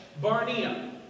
Barnea